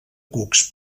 cucs